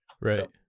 Right